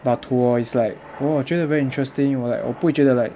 but to 我 is like 我觉得 very interesting 我 like 我不会觉得 like